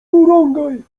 urągaj